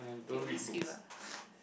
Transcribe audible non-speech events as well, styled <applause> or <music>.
okay we skip lah <noise>